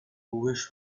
wish